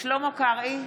שלמה קרעי,